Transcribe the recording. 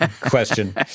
Question